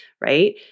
right